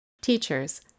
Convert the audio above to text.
Teachers